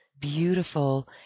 beautiful